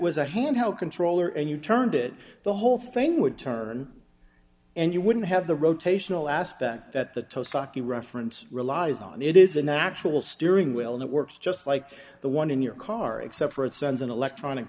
was a handheld controller and you turned it the whole thing would turn and you wouldn't have the rotational aspect that the tow saki reference relies on and it is a natural steering wheel and it works just like the one in your car except for it sends an electronic